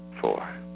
four